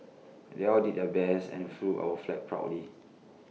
they all did their best and flew our flag proudly